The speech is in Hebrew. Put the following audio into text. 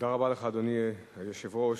אדוני היושב-ראש,